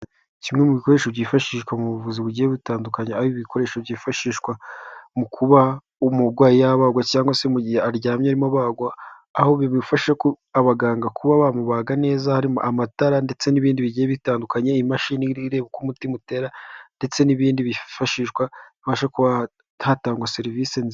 Kimwe mu bikoresho byifashishwa mu buvuzi bugiye butandukanye, aho ibi bikoresho byifashishwa mu kuba umurwayi yabagwa, cyangwa se mu gihe aryamye arimo abagwa. Aho bifasha abaganga kuba bamubaga neza, harimo amatara ndetse n'ibindi bigiye bitandukanye, imashini ireba uko umutima utera ndetse n'ibindi bifashishwa, habasha kuba hatangwa serivisi nziza.